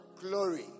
glory